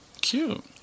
Cute